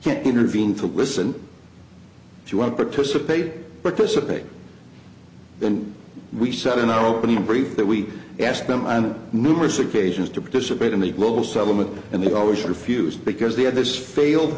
can't intervene to listen if you want participate participate then we said in our opening brief that we asked them on numerous occasions to participate in the global settlement and they always refused because they had this failed